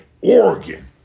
Oregon